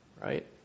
Right